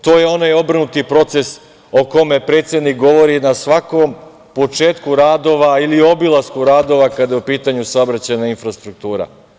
To je onaj obrnuti proces o kome predsednik govori na svakom početku radova ili obilasku radova, kada je u pitanju saobraćajna infrastruktura.